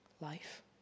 life